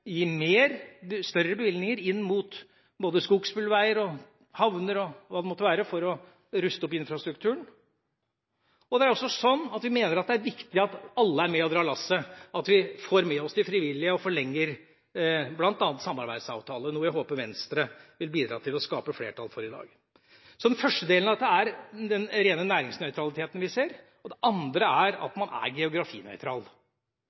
gi større bevilgninger til både skogsbilveier, havner og hva det måtte være, for å ruste opp infrastrukturen. Det er også sånn at vi mener at det er viktig at alle er med og drar lasset, at vi får med oss de frivillige og forlenger bl.a. samarbeidsavtaler, noe jeg håper Venstre vil bidra til å skape flertall for i dag. Den første delen av dette er den rene næringsnøytraliteten vi ser, det andre er